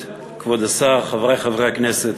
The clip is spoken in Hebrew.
צהריים טובים, כבוד השר, חברי חברי הכנסת,